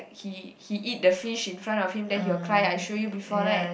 he he eat the fish in front of him then he will cry I show you before right